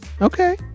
Okay